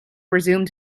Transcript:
resumed